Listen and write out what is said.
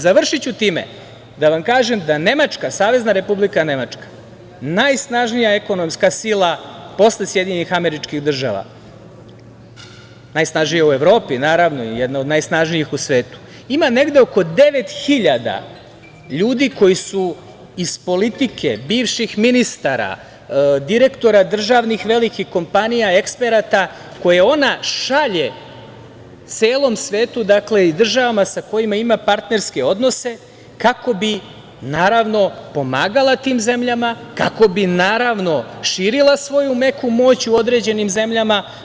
Završiću time da vam kažem da Savezna Republika Nemačka, najsnažnija ekonomska sila posle SAD u Evropi naravno i jedna od najsnažnijih u svetu, ima negde oko devet hiljada ljudi koji su iz politike, bivših ministara, direktora državnih velikih kompanija, eksperata koje ona šalje celom svetu i državama sa kojima ima partnerske odnose kako bi naravno pomagala tim zemljama, kako bi naravno širila svoju meku moć u određenim zemljama.